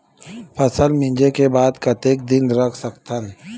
फसल मिंजे के बाद कतेक दिन रख सकथन?